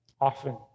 Often